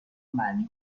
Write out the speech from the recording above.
معنی